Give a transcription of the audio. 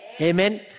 Amen